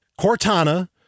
Cortana